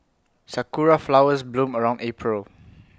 Sakura Flowers bloom around April